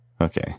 Okay